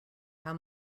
how